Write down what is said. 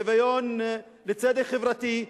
לצדק חברתי,